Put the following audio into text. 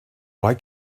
why